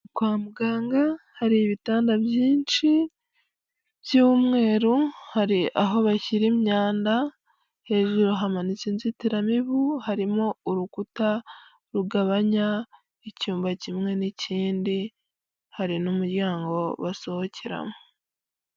Kwa muganga hari ibitanda byinshi by'umweru hari aho bashyira imyanda hejuru hamanitse inzitiramibu harimo urukuta rugabanya icyumba kimwe n'ikindi hari n'umuryango basohokeramo.